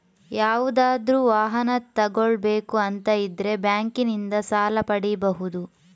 ಯಾವುದಾದ್ರೂ ವಾಹನ ತಗೊಳ್ಬೇಕು ಅಂತ ಇದ್ರೆ ಬ್ಯಾಂಕಿನಿಂದ ಸಾಲ ಪಡೀಬಹುದು